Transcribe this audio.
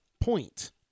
point